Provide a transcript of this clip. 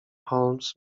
holmes